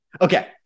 Okay